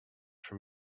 for